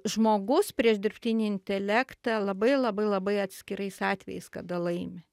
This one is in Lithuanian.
žmogus prieš dirbtinį intelektą labai labai labai atskirais atvejais kada laimi